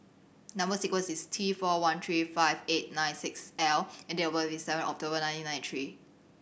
number sequence is T four one three five eight nine six L and date of birth is seven October nineteen ninety three